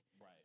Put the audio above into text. Right